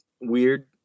weird